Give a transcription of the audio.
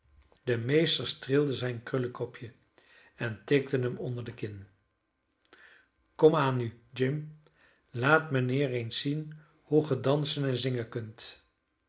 de meester streelde zijn krulkopje en tikte hem onder de kin kom aan nu jim laat mijnheer eens zien hoe ge dansen en zingen kunt